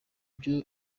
byo